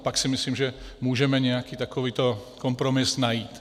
Pak si myslím, že můžeme nějaký takový kompromis najít.